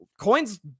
Coin's